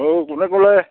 hello কোনে ক'লে